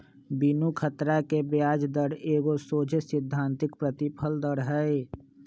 बिनु खतरा के ब्याज दर एगो सोझे सिद्धांतिक प्रतिफल दर हइ